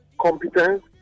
competence